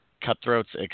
cutthroats